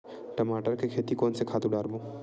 टमाटर के खेती कोन से खातु डारबो?